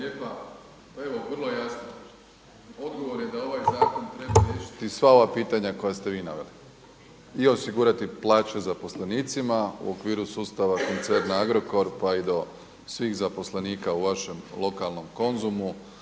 Pa evo vrlo jasno, odgovor je da ovaj zakon treba riješiti sva ova pitanja koja ste vi naveli i osigurati plaće zaposlenicima u okviru sustava koncerna Agrokor pa i do svih zaposlenika u vašem lokalnom Konzumu